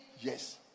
yes